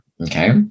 Okay